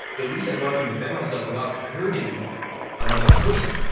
at least i know i can defend myself without hurting another person.